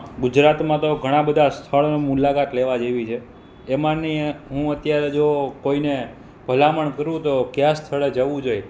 ગુજરાતમાં તો ઘણાં બધાં સ્થળોએ મુલાકાત લેવા જેવી છે એમાંની હું અત્યારે જો કોઈને ભલામણ કરું તો કયા સ્થળે જવું જોઈએ